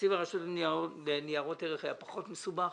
תקציב הרשות לניירות ערך היה פחות מסובך,